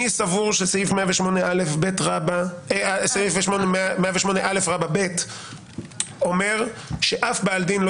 אני סבור שסעיף 108א(ב) אומר שאף בעל דין,